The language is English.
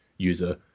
user